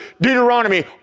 Deuteronomy